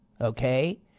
okay